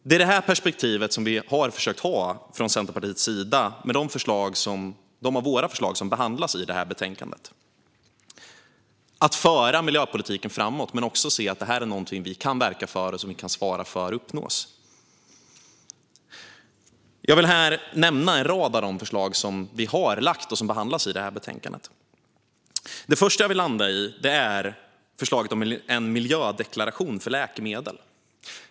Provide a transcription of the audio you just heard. Det är detta perspektiv som vi i Centerpartiet har försökt ha i de av våra förslag som behandlas i betänkandet: att föra miljöpolitiken framåt men också se att detta är något som vi kan verka för och som vi kan svara för att det uppnås. Jag vill här nämna en rad av de förslag som vi har lagt fram och som behandlas i betänkandet. Det första jag vill landa i är förslaget om en miljödeklaration för läkemedel.